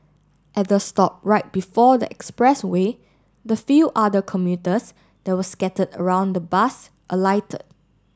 at the stop right before the expressway the few other commuters that were scattered around the bus alighted